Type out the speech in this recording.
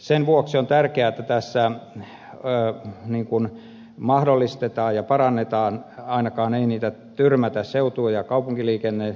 sen vuoksi on tärkeää että tässä ikään kuin mahdollistetaan ja parannetaan ainakaan seutu ja kaupunkiliikenneasioita ei tyrmätä